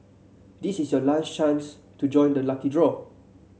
this is your last chance to join the lucky draw